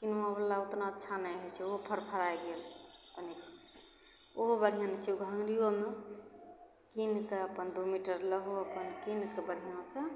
किनुआवला उतना अच्छा नहि होइ छै ओहो फड़फड़ाय गेल तनि ओहो बढ़िआँ नहि होइ छै ओ घँघरीओमे कीनि कऽ अपन दू मीटर लहौ अपन कीनि कऽ बढ़िआँसँ